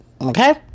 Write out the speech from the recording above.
Okay